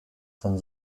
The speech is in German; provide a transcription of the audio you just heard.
von